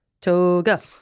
Toga